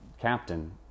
Captain